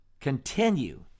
continue